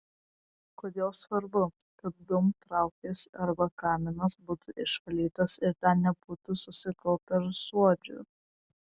kodėl svarbu kad dūmtraukis arba kaminas būtų išvalytas ir ten nebūtų susikaupę suodžių